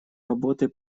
работы